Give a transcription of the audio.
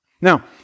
Now